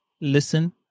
listen